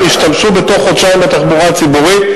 השתמשו בתוך חודשיים בתחבורה הציבורית,